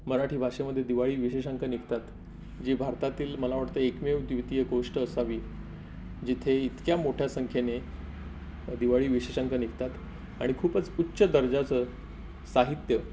मराठी भाषेमध्ये दिवाळी विशेषांक निघतात जे भारतातील मला वाटतं एकमेव द्वितीय गोष्ट असावी जिथे इतक्या मोठ्या संख्येने दिवाळी विशेषांक निघतात आणि खूपच उच्च दर्जाचं साहित्य